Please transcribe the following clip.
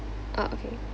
uh okay